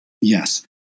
Yes